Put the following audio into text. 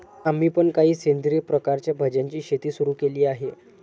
आम्ही पण काही सेंद्रिय प्रकारच्या भाज्यांची शेती सुरू केली आहे